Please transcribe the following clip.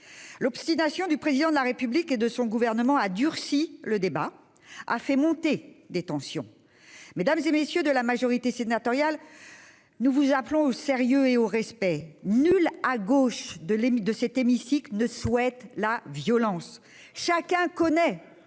L'obstination du Président de la République et de son gouvernement a durci le débat et a fait monter les tensions. Mesdames, messieurs de la majorité sénatoriale, nous vous appelons au sérieux et au respect. Nul à gauche de cet hémicycle ne souhaite la violence. Tant